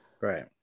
right